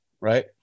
right